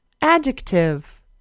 Adjective